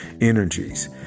energies